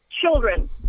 children